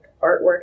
artwork